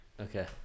Okay